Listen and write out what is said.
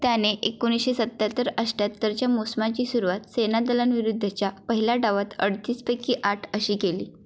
त्याने एकोणीसशे सत्त्याहत्तर अष्ट्याहत्तरच्या मोसमाची सुरुवात सेनादलांविरुद्धच्या पहिल्या डावात अडतीसपैकी आठ अशी केली